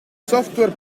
software